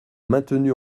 maintenu